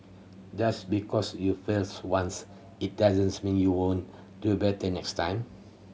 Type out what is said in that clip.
just because you fails once it doesn't mean you won't do better next time